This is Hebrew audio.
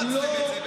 לא.